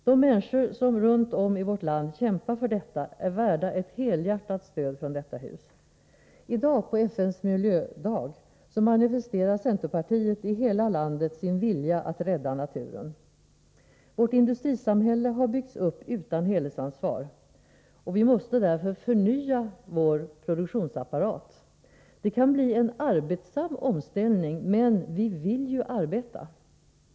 De människor runt om i vårt land som kämpar för detta är värda ett helhjärtat stöd från detta hus. I dag, på FN:s miljödag, manifesterar centerpartiet i hela landet sin vilja att rädda naturen. Vårt industrisamhälle har byggts upp utan helhetsansvar, och vi måste därför förnya vår produktionsapparat. Det kan bli en arbetsam omställning, men vi vill ju arbeta.